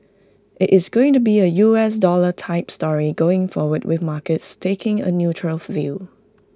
IT is going to be A U S dollar type story going forward with markets taking A neutral of view